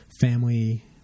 family